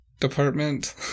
department